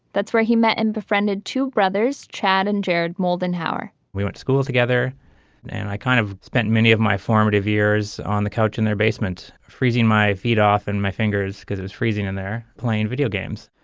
that's where he met and befriended two brothers, chad and jared moulden hower we were at school together and i kind of spent many of my formative years on the couch in their basement, freezing my feet off and my fingers because it was freezing in there playing video games.